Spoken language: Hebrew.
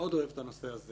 מאוד אוהב את הנושא הזה.